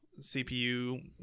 cpu